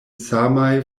samaj